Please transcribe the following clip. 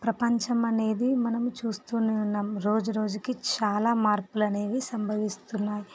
ప్రపంచం అనేది మనం చూస్తు ఉన్నాం రోజు రోజుకి చాలా మార్పులు అనేవి సంభవిస్తున్నాయి